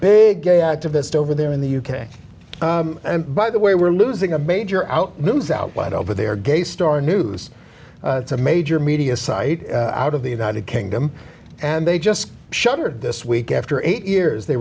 big gay activist over there in the u k and by the way we're losing a major out news outlet over there gay star news it's a major media site out of the united kingdom and they just shuttered this week after eight years they